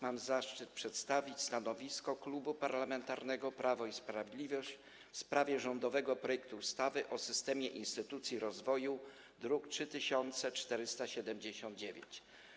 Mam zaszczyt przedstawić stanowisko Klubu Parlamentarnego Prawo i Sprawiedliwość w sprawie rządowego projektu ustawy o systemie instytucji rozwoju, druk nr 3479.